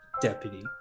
Deputy